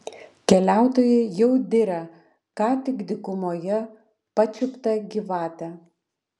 keliautojai jau diria ką tik dykumoje pačiuptą gyvatę